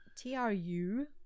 T-R-U